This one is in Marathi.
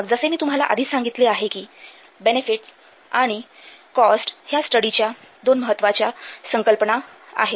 मग जसे मी तुम्हाला आधीच सांगितले आहे कि बेनेफीट्स आणि कॉस्ट ह्या स्टडीच्या दोन महत्त्वाच्या संकल्पना आहेत